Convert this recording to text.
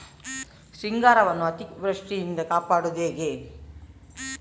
ಸಿಂಗಾರವನ್ನು ಅತೀವೃಷ್ಟಿಯಿಂದ ಕಾಪಾಡುವುದು ಹೇಗೆ?